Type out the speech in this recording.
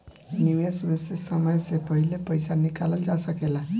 निवेश में से समय से पहले पईसा निकालल जा सेकला?